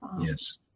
Yes